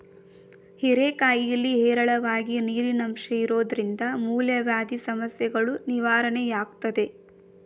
ಹೀರೆಕಾಯಿಲಿ ಹೇರಳವಾಗಿ ನೀರಿನಂಶ ಇರೋದ್ರಿಂದ ಮೂಲವ್ಯಾಧಿ ಸಮಸ್ಯೆಗಳೂ ನಿವಾರಣೆಯಾಗ್ತದೆ